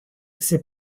ces